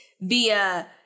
via